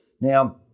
Now